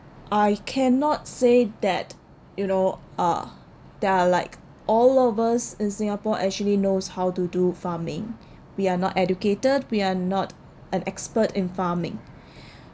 I cannot say that you know uh they are like all of us in singapore actually knows how to do farming we are not educated we are not an expert in farming